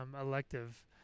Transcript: elective